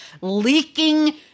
leaking